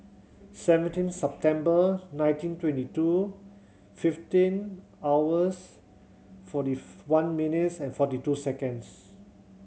seventeen September nineteen twenty two fifteen hours forty one minutes and forty two seconds